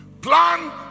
Plan